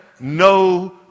no